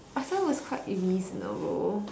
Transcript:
I thought it was quite reasonable